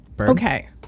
okay